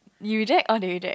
you dread or they dread